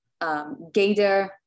Gader